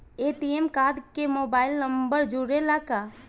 ATM card में mobile number जुरेला का?